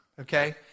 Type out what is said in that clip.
okay